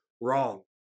wrong